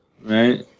Right